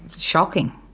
shocking.